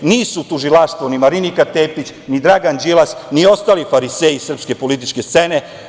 Nisu tužilaštvo ni Marinika Tepić, ni Dragan Đilas, ni ostali fariseji srpske političke scene.